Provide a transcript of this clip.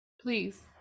please